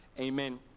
amen